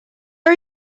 are